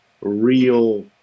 real